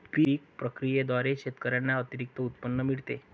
पीक प्रक्रियेद्वारे शेतकऱ्यांना अतिरिक्त उत्पन्न मिळते